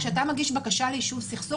כשאתה מגיש בקשה ליישוב סכסוך,